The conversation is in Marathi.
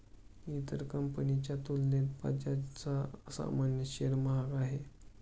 इतर कंपनीच्या तुलनेत बजाजचा सामान्य शेअर महाग आहे